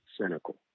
cynical